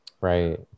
right